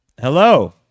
Hello